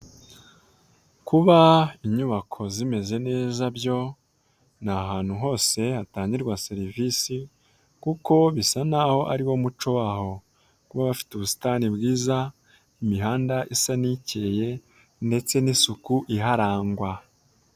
Kuba inyubako zimeze neza byo ni ahantu hose hatangirwa serivisi kuko bisa n'aho ari wo muco waho kuba bafite ubusitani bwiza imihanda isa n'ikeye ndetse n'isuku iharangwa.